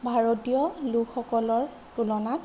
ভাৰতীয় লোকসকলৰ তুলনাত